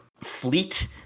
fleet